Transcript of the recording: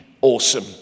awesome